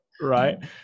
right